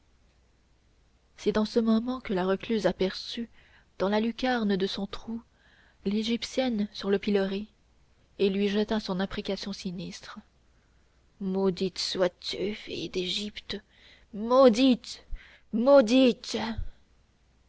c'est dans ce moment que la recluse aperçut de la lucarne de son trou l'égyptienne sur le pilori et lui jeta son imprécation sinistre maudite sois-tu fille d'égypte maudite maudite